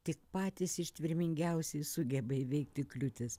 tik patys ištvermingiausieji sugeba įveikti kliūtis